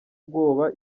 bwoba